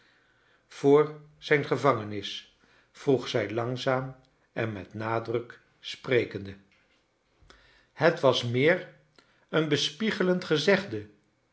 voor zijn gevangenis vroeg zij langzaam en met nadruk sprekende het was meer een bespiegeiend gezegde